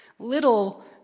little